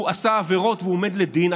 הוא עשה עבירות והוא עומד לדין,